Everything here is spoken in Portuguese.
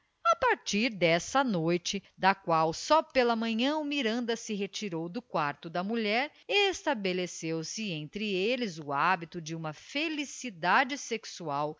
a partir dessa noite da qual só pela manhã o miranda se retirou do quarto da mulher estabeleceu-se entre eles o hábito de uma felicidade sexual